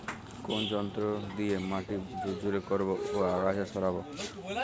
কোন যন্ত্র দিয়ে মাটি ঝুরঝুরে করব ও আগাছা সরাবো?